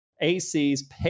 AC's